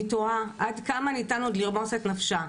היא תוהה עד כמה עוד ניתן לרמוס את נפשה,